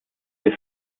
des